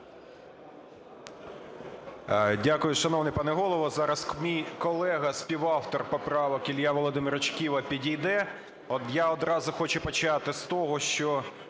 Дякую, шановний пане Голово. Зараз мій колега співавтор поправок Ілля Володимирович Кива підійде. От я одразу хочу почати з того, що